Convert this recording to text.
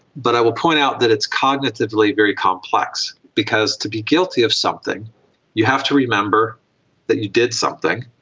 but i will point out that it's cognitively very complex, because to be guilty of something you have to remember that you did something,